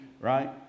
right